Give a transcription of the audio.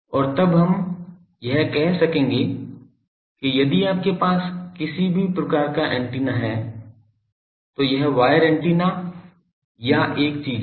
और तब हम यह कह सकेंगे कि यदि आपके पास किसी भी प्रकार का एंटीना है तो यह वायर एंटेना या एक चीज है